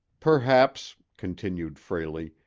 perhaps, continued frayley,